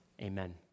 amen